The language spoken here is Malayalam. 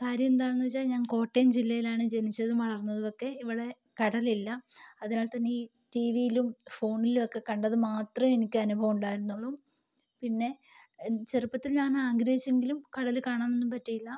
കാര്യവെന്താണെന്ന് വെച്ചാൽ ഞാൻ കോട്ടയം ജില്ലയിലാണ് ജനിച്ചതും വളർന്നതുവൊക്കെ ഇവിടെ കടലില്ല അതിനാൽ തന്നെ ഈ ടീവിയിലും ഫോണിലും ഒക്കെ കണ്ടത് മാത്രെ എനിക്കനുഭവം ഉണ്ടായിരുന്നുള്ളു പിന്നെ ചെറുപ്പത്തിൽ ഞാൻ ആഗ്രഹിച്ചെങ്കിലും കടല് കാണാനൊന്നും പറ്റിയില്ല